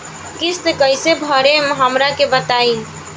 किस्त कइसे भरेम हमरा के बताई?